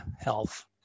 health